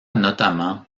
notamment